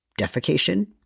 defecation